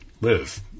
live